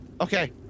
Okay